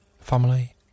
family